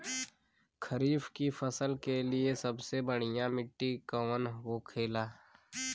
खरीफ की फसल के लिए सबसे बढ़ियां मिट्टी कवन होखेला?